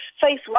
face